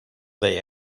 they